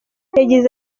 yagize